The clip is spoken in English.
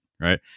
Right